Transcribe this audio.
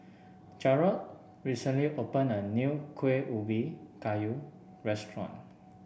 Jarrod recently opened a new Kueh Ubi Kayu restaurant